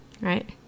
Right